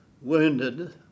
wounded